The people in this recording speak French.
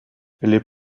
les